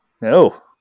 No